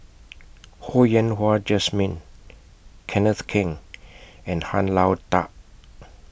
Ho Yen Wah Jesmine Kenneth Keng and Han Lao DA